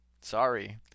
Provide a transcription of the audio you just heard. Sorry